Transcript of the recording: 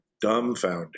dumbfounded